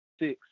six